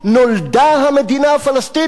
נולדה המדינה הפלסטינית.